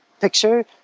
picture